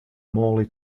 morley